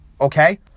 Okay